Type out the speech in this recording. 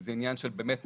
זה עניין של באמת טראומה,